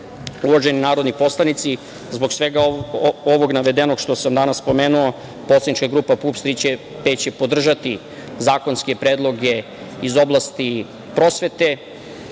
narodni poslanici, zbog svega ovog navedenog što sam danas pomenuo, poslanička grupa PUPS – Tri P će podržati zakonske predloge iz oblasti prosvete. Pre